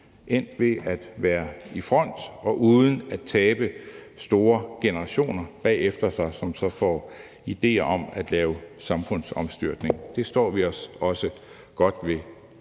endt med at være i front og uden at tabe store generationer bagefter sig, som så får idéer om at lave samfundsomstyrtning. Det står vi os også godt ved.